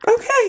okay